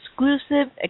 exclusive